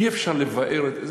אי-אפשר לבער את זה,